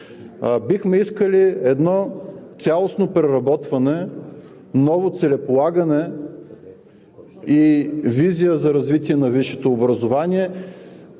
Бихме искали едно цялостно преработване, ново целеполагане и визия за развитие на висшето образование,